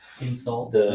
insults